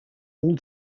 all